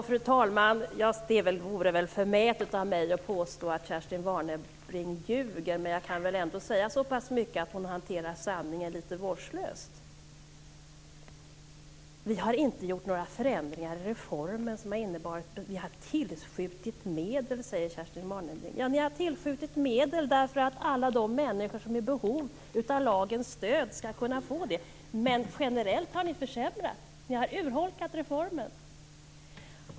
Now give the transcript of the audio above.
Fru talman! Det vore väl förmätet av mig att påstå att Kerstin Warnerbring ljuger, men jag kan väl säga så pass mycket som att hon hanterar sanningen litet vårdslöst. Vi har inte gjort några förändringar i reformen, vi har tillskjutit medel, säger Kerstin Warnerbring. Ja, ni har tillskjutit medel för att alla de människor som är i behov av lagens stöd skall kunna få det. Men generellt har ni försämrat. Ni har urholkat reformen.